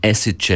Acid